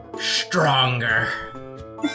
stronger